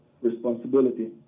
responsibility